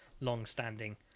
long-standing